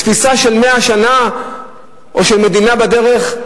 תפיסה של 100 שנה או של מדינה בדרך,